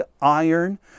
iron